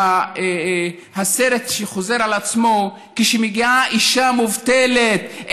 ומהסרט שחוזר על עצמו: כשמגיעה אישה מובטלת,